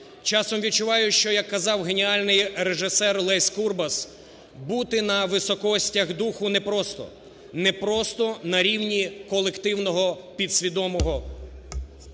часом відчуваю, що, як казав геніальний режисер Лесь Курбас, "бути на високостях духу не просто, не просто на рівні колективного підсвідомого".